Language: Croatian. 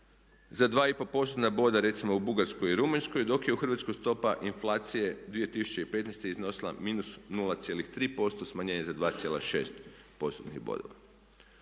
postotna boda recimo u Bugarskoj i Rumunjskoj, dok je u Hrvatskoj stopa inflacije 2015. iznosila -0,3% smanjenje za 2,6